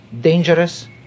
dangerous